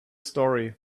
story